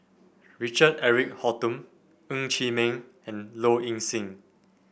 Richard Eric Holttum Ng Chee Meng and Low Ing Sing